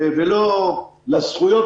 או לזכויות,